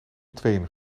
tweeën